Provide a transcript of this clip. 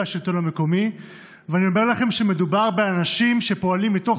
השלטון המקומי ואני אומר לכם שמדובר באנשים שפועלים מתוך